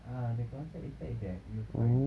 ah the concept is like that you find